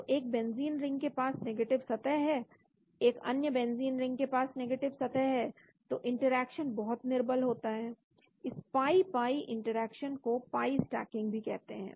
तो एक benzene ring के पास नेगेटिव सतह है एक अन्य बेंजीन रिंग के पास नेगेटिव सतह है तो इंटरेक्शन बहुत निर्बल होता है इस पाई पाई इंटरेक्शन को पाई स्टैकिंग भी कहते हैं